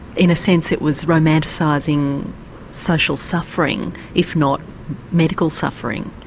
in a sense it was romanticising social suffering, if not medical suffering?